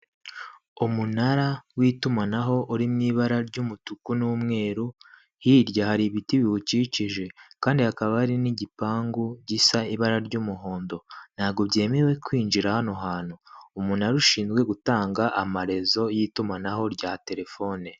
Umunara w'itumanaho uri mu ibara ry'umutuku n'umweru, hirya hari ibiti biwukikije kandi hakaba hari n'igipangu gisa ibara ry'umuhondo, ntabwo byemewe kwinjira hano hantu, umunara ushinzwe gutanga amaherezo y'itumanaho rya telefone.